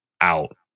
out